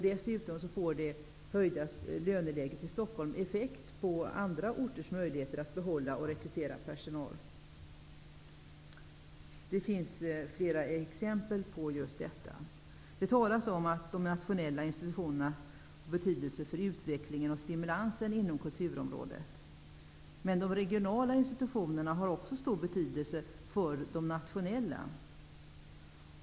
Dessutom får det höjda löneläget i Stockholm effekt på andra orters möjligheter att behålla och rekrytera personal. Det finns flera exempel på just detta. Det talas om att de nationella institutionerna har betydelse för utvecklingen och stimulansen inom kulturområdet. Men de regionala institutionerna har också stor betydelse för de nationella.